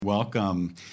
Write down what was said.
Welcome